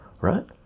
Right